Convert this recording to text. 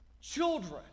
Children